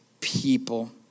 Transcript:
people